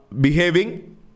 behaving